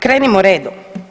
Krenimo redom.